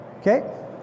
Okay